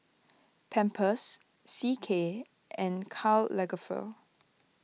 Pampers C K and Karl Lagerfeld